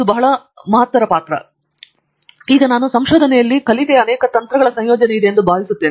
ಫಣಿಕುಮಾರ್ ಆದ್ದರಿಂದ ಸಂಶೋಧನೆಯಲ್ಲಿ ನಾನು ಕಲಿಕೆಯ ಅನೇಕ ತಂತ್ರಗಳ ಸಂಯೋಜನೆ ಇದೆ ಎಂದು ಭಾವಿಸುತ್ತೇನೆ